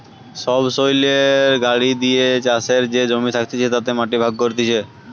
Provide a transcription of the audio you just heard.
সবসৈলের গাড়ি দিয়ে চাষের যে জমি থাকতিছে তাতে মাটি ভাগ করতিছে